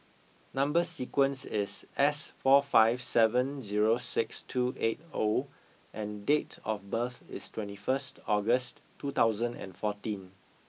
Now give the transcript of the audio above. number sequence is S four five seven zero six two eight O and date of birth is twenty first August two thousand and fourteen